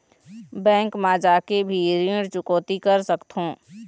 Bank मा जाके भी ऋण चुकौती कर सकथों?